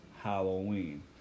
Halloween